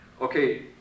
Okay